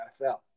NFL